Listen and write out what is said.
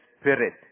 Spirit